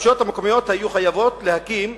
הרשויות המקומיות היו חייבות להקים